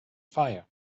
fire